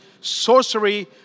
sorcery